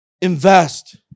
Invest